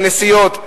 הנסיעות,